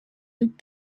looked